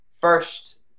first